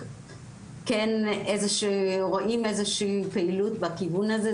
כן רואים איזושהי פעילות בכיוון הזה,